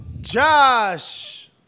Josh